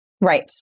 Right